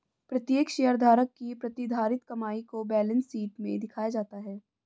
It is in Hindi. प्रत्येक शेयरधारक की प्रतिधारित कमाई को बैलेंस शीट में दिखाया जाता है